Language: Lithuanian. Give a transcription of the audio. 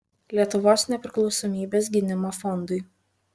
lietuvos nepriklausomybės gynimo fondui